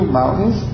mountains